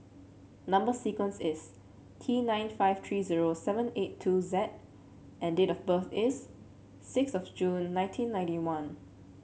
number sequence is T nine five three zero seven eight two Z and date of birth is six of June nineteen ninety one